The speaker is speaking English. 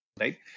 right